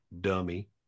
Dummy